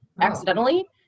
accidentally